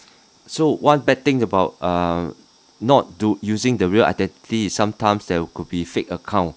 so one bad thing about err not do using the real identity is sometimes that would could be fake account